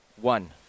One